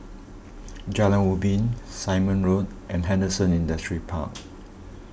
Jalan Ubin Simon Road and Henderson Industrial Park